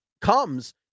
comes